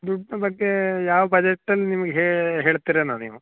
ದುಡ್ಡಿನ ಬಗ್ಗೆ ಯಾವ ಬಜೆಟ್ಟಲ್ಲಿ ನಿಮ್ಗೆ ಹೇಳ್ತಿರೇನೋ ನೀವು